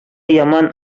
яман